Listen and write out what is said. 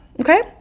okay